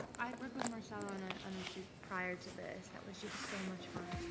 i had worked with marcelo on a on a shoot prior to this that was just so much fun.